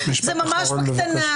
זה ממש בקטנה.